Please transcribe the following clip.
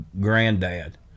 granddad